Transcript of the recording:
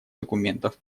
документов